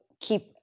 keep